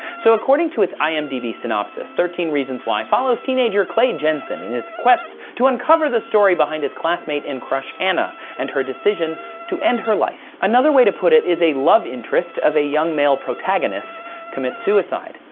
so according to its imdb synopsis thirteen reasons why follows teenager clay jensen and his quest to uncover the story behind his classmate and crush hannah and her decision to end her life. another way to put it is a love interest of a young male protagonist commit suicide.